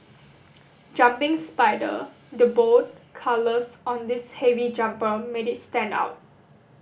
jumping spider The bold colours on this heavy jumper made it stand out